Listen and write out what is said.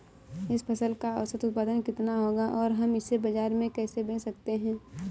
इस फसल का औसत उत्पादन कितना होगा और हम इसे बाजार में कैसे बेच सकते हैं?